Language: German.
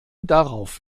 darauf